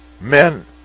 men